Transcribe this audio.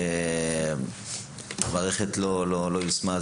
והמערכת לא יושמה,